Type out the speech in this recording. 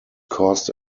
caused